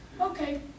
okay